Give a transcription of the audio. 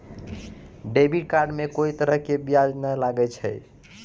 debit card मे कोई तरह के ब्याज नाय लागै छै